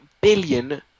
billion